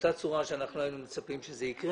באותה צורה שאנחנו היינו מצפים שתתייחס.